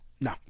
No